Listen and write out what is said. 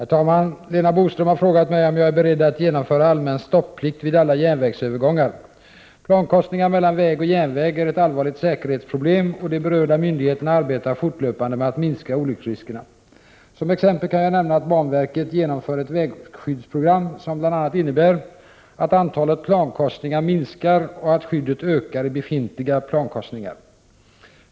Herr talman! Lena Boström har frågat mig om jag är beredd att genomföra allmän stopplikt vid alla järnvägsövergångar. Plankorsningar mellan väg och järnväg är ett allvarligt säkerhetsproblem, och de berörda myndigheterna arbetar fortlöpande med att minska olycksriskerna. Som exempel kan jag nämna att banverket genomför ett vägskyddsprogram som bl.a. innebär att antalet plankorsningar minskar och att skyddet ökar i befintliga plankorsningar.